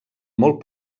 molt